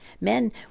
men